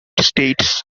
states